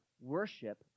worship